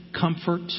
comfort